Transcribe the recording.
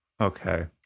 Okay